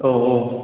औ औ